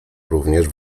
również